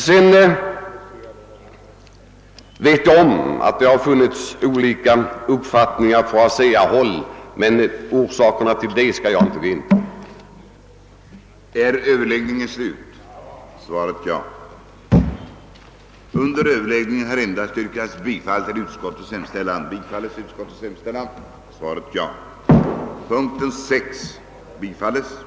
Jag vet att det har framförts även andra uppfattningar från ASEA, men orsaken till att ASEA haft olika uppfattningar skall jag inte gå in på.